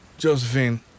Josephine